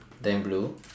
then blue